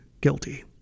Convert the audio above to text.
guilty